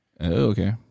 Okay